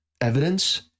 evidence